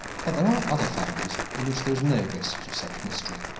but there are other families in which there is no vestige of such mystery,